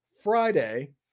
Friday